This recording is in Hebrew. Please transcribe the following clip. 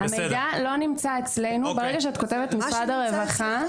המידע לא נמצא אצלנו וברגע שאת כותבת: משרד הרווחה,